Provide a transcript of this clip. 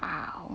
!wow!